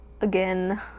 again